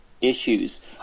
issues